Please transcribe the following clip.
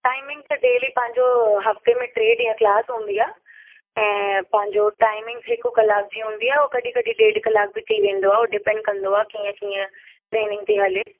timing त daily पंहिंजो हफ़्ते में टे ॾींह क्लास हूंदी आहे ऐं पंहिंजो टाइमिंग हिक कलाक जी हूंदी आहे हो कॾहिं कॾहिं ॾेढ कलाक बि थी वेंदो आहे हो डिपेंड कंदो आहे कीअं कीअं ट्रेनिंग थी हले